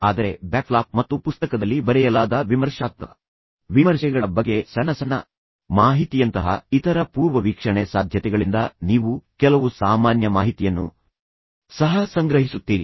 ಆದರೆ back flap ಮತ್ತು ಪುಸ್ತಕದಲ್ಲಿ ಬರೆಯಲಾದ ವಿಮರ್ಶಾತ್ಮಕ ವಿಮರ್ಶೆಗಳ ಬಗ್ಗೆ ಸಣ್ಣ ಸಣ್ಣ ಮಾಹಿತಿಯಂತಹ ಇತರ ಪೂರ್ವವೀಕ್ಷಣೆ ಸಾಧ್ಯತೆಗಳಿಂದ ನೀವು ಕೆಲವು ಸಾಮಾನ್ಯ ಮಾಹಿತಿಯನ್ನು ಸಹ ಸಂಗ್ರಹಿಸುತ್ತೀರಿ